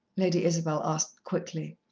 lady isabel asked quickly.